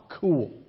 Cool